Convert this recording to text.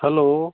hello